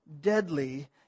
deadly